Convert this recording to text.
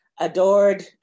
adored